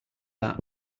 that